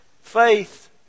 Faith